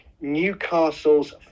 Newcastle's